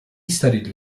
studied